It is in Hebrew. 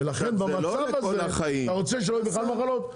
ולכן במצב הזה אתה רוצה שלא יהיה בכלל מחלות,